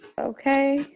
Okay